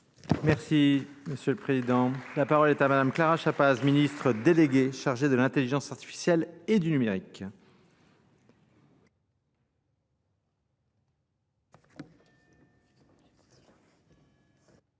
Merci, monsieur le Président. La parole est à madame Clara Chapaz, ministre déléguée chargée de l'intelligence artificielle et du numérique.